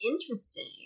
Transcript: Interesting